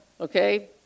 Okay